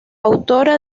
autora